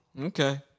Okay